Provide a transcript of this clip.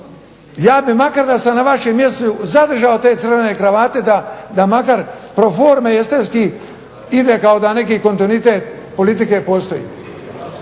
Ja bih makar da sam na vašem mjestu zadržao te crvene kravate, da makar pro forme i estetski ide kao neki kontinuitet politike postoji.